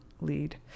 lead